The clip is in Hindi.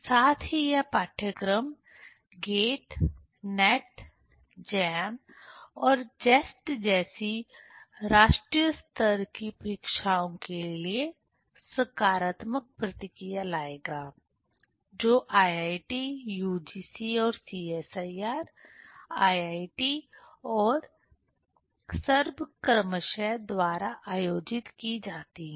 साथ ही यह पाठ्यक्रम GATE NET JAM और JEST जैसी राष्ट्रीय स्तर की परीक्षाओं के लिए सकारात्मक प्रतिक्रिया लाएगा जो IIT UGC और CSIR IIT और SERB क्रमशः द्वारा आयोजित की जाती हैं